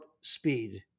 Speed